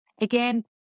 again